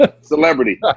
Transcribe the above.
Celebrity